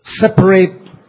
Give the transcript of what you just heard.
Separate